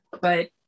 but-